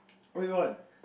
what do you want